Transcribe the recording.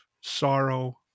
sorrow